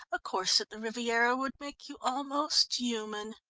a course at the riviera would make you almost human.